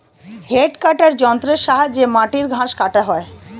hedge কাটার যন্ত্রের সাহায্যে মাটির ঘাস কাটা হয়